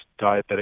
diabetic